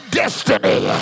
destiny